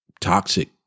Toxic